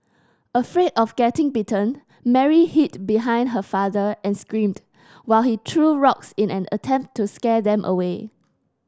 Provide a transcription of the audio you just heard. afraid of getting bitten Mary hid behind her father and screamed while he threw rocks in an attempt to scare them away